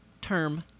term